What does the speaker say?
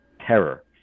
terror